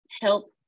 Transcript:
help